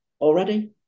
already